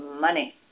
Money